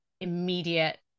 immediate